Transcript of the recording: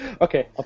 Okay